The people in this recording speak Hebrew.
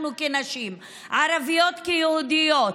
אנחנו כנשים, ערביות כיהודיות,